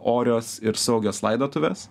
orios ir saugios laidotuvės